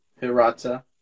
Hirata